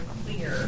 clear